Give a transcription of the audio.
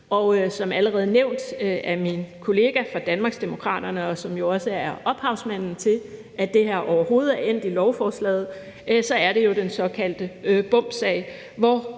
Som allerede nævnt af min kollega fra Danmarksdemokraterne, som jo også er ophavsmand til, at det her overhovedet er endt i lovforslaget, er det den såkaldte Bomsag, hvor